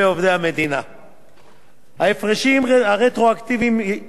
ההפרשים הרטרואקטיביים ייפרסו לתקופות כלהלן: